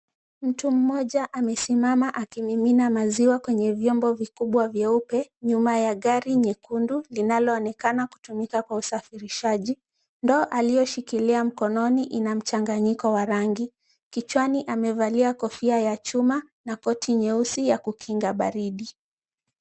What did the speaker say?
Mtu moja amesimama akimimina maziwa kwenye vyombo vikubwa vyeupe nyuma ya gari nyekundu linalo onekana kutumika kwa usafirishaji. Ndoo alioshikilia mkononi ina mchanganyiko wa rangi. Kichwani amevalia kofia ya chuma na koti nyeusi ya kukinga baridi.